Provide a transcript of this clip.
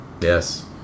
Yes